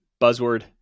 buzzword